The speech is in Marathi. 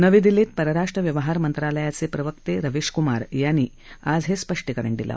नवी दिल्लीत परराष्ट्र व्यवहार मंत्रालयाचे प्रवक्ते रविश क्मार यांनी आज हे स्पष्टीकरण दिलं